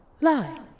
lie